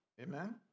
Amen